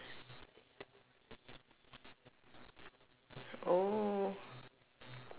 oh